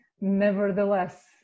nevertheless